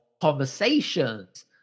conversations